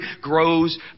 grows